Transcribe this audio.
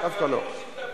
חברת הכנסת רגב,